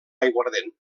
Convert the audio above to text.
aiguardent